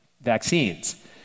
vaccines